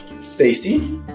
Stacy